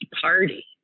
party